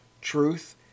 truth